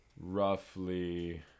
Roughly